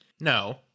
No